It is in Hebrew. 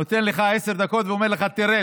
נותן לך עשר דקות ואומר לך: תרד.